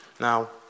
Now